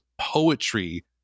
poetry